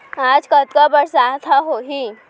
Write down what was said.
आज कतका बरसात ह होही?